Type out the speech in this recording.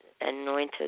Anointed